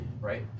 Right